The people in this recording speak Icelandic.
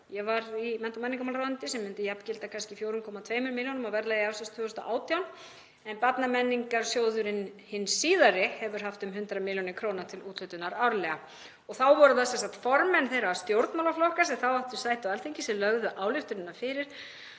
ég var í mennta- og menningarmálaráðuneytinu, sem myndi jafngilda kannski 4,2 milljónum á verðlagi ársins 2018, en Barnamenningarsjóður hinn síðari hefur haft um 100 millj. kr. til úthlutunar árlega. Þá voru það formenn þeirra stjórnmálaflokka sem þá áttu sæti á Alþingi sem lögðu ályktunina fyrir